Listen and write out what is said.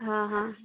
ହଁ ହଁ